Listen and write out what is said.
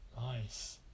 Nice